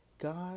God